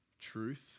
truth